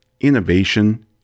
Innovation